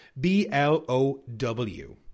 B-L-O-W